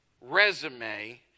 resume